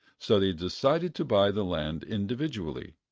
so they decided to buy the land individually,